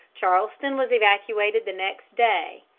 charleston was evacuated the next day.